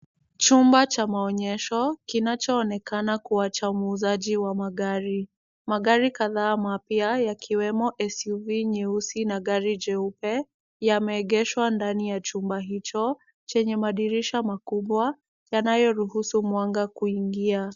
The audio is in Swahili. Chumba cha maonyesho, kinachoonekana kuwa cha muuzaji wa magari. Magari kadhaa mapya yakiwemo SUV nyeusi na gari jeupe, yameegeshwa ndani ya chumba hicho chenye madirisha makubwa, yanayoruhusu mwanga kuingia.